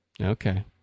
Okay